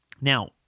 Now